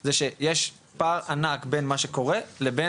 זה שיש פער ענק בין מה שקורה לבין